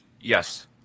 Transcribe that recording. Yes